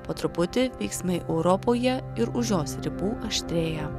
po truputį veiksmai europoje ir už jos ribų aštrėja